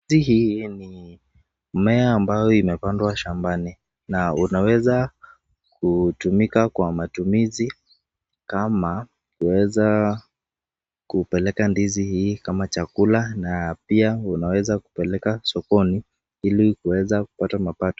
Hii ni mmea ambayo imepandwa shambani na unaweza kutumika kwa matumizi kama kuweza kupeleka ndizi hii kama chakula na pia unaweza kupeleka sokoni ili kuweza kupata mapato.